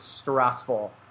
stressful